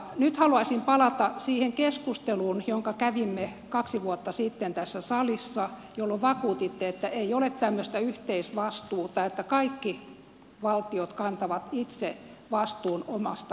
nyt haluaisin palata siihen keskusteluun jonka kävimme kaksi vuotta sitten tässä salissa jolloin vakuutitte että ei ole tämmöistä yhteisvastuuta että kaikki valtiot kantavat itse vastuun omasta velastaan